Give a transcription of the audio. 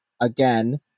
again